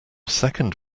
second